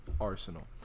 Arsenal